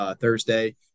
Thursday